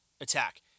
attack